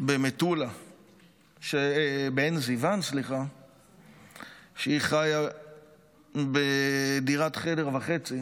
בעין זיוון, שחיה בדירת חדר וחצי